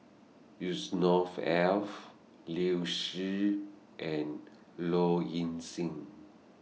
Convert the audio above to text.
Yusnor Ef Liu Si and Low Ing Sing